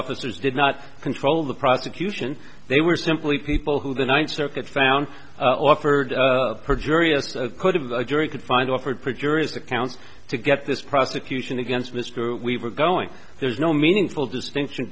officers did not control the prosecution they were simply people who the ninth circuit found offered perjury it could have a jury could find offered preacher is account to get this prosecution against mr weaver going there's no meaningful distinction